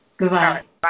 Goodbye